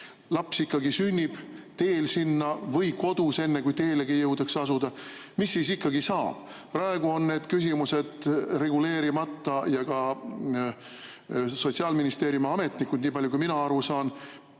laps ikkagi sünnib teel sinna või kodus, enne kui jõutakse teele asuda, mis siis ikkagi saab? Praegu on need küsimused reguleerimata. Ka Sotsiaalministeeriumi ametnikud, nii palju kui mina aru saan,